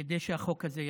כדי שהחוק הזה יעבור.